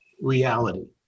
reality